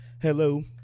Hello